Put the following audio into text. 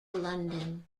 london